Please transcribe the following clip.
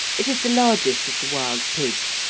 it is the largest of the wild pigs,